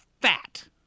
fat